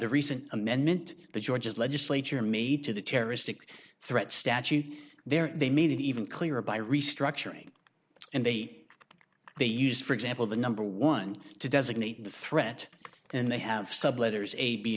the recent amendment the judge's legislature made to the terroristic threat statute there they made it even clearer by restructuring and eight they used for example the number one to designate the threat and they have